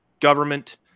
Government